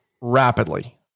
rapidly